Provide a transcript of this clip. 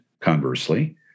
conversely